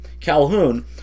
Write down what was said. Calhoun